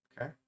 okay